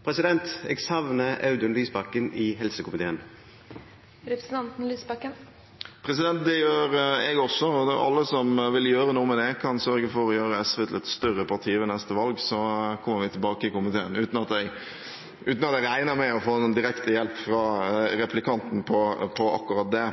Jeg savner Audun Lysbakken i helsekomiteen. Det gjør jeg også, og alle som vil gjøre noe med det, kan sørge for å gjøre SV til et større parti ved neste valg, så kommer vi tilbake i komiteen – uten at jeg regner med å få noen direkte hjelp fra replikanten til akkurat det.